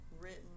written